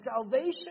salvation